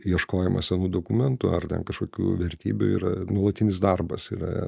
ieškojimą senų dokumentų ar ten kažkokių vertybių yra nuolatinis darbas yra